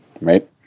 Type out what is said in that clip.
right